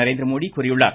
நரேந்திரமோடி கூறியுள்ளார்